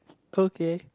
okay